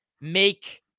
make